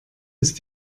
ist